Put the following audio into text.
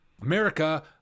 America